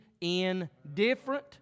indifferent